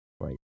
Right